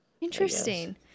interesting